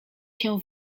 się